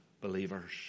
believers